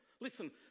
Listen